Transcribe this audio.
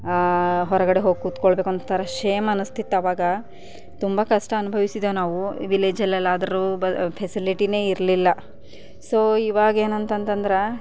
ಹೊರಗಡೆ ಹೋಗಿ ಕೂತ್ಕೊಳ್ಬೇಕು ಒಂಥರ ಶೇಮ್ ಅನ್ನಿಸ್ತಿತ್ತವಾಗ ತುಂಬ ಕಷ್ಟ ಅನುಭವಿಸಿದ್ದೇವೆ ನಾವು ವಿಲೇಜಲ್ಲೆಲ್ಲ ಅದರ ಬ ಫೆಸಿಲಿಟಿನೇ ಇರಲಿಲ್ಲ ಸೊ ಇವಾಗೇನಂತಂದ್ರೆ